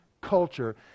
culture